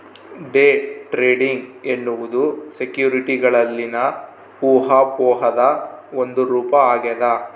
day trading ಎನ್ನುವುದು ಸೆಕ್ಯುರಿಟಿಗಳಲ್ಲಿನ ಊಹಾಪೋಹದ ಒಂದು ರೂಪ ಆಗ್ಯದ